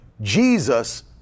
Jesus